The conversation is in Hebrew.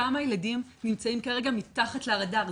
כמה ילדים נמצאים כרגע מתחת לרדאר,